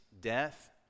death